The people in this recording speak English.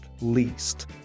least –